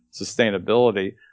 sustainability